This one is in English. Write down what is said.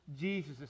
Jesus